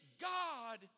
God